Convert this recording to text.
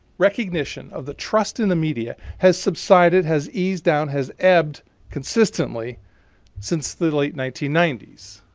recognition of the trust in the media has subsided, has eased down, has ebbed consistently since the late nineteen ninety s.